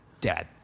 dad